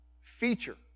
feature